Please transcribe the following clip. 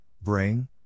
bring